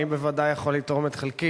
אני בוודאי יכול לתרום את חלקי.